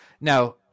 now